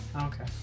Okay